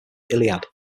iliad